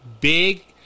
big